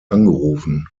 angerufen